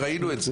וראינו את זה,